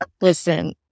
Listen